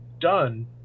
done